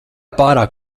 pārāk